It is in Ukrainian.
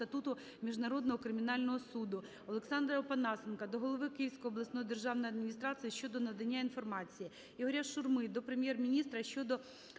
статуту Міжнародного кримінального суду. Олександра Опанасенка до голови Київської обласної державної адміністрації щодо надання інформації. Ігоря Шурми до Прем'єр-міністра щодо